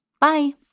Bye